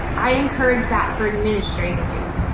i encourage that for administrators.